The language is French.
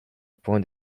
points